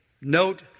Note